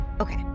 Okay